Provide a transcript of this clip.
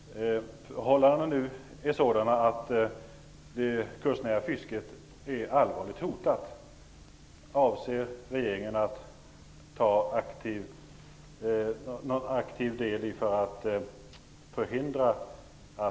Förhållandena är nu sådana att det kustnära fisket är allvarligt hotat.